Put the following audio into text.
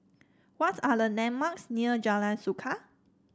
what are the landmarks near Jalan Suka